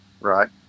right